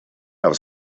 have